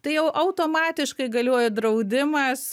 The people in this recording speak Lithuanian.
tai jau automatiškai galioja draudimas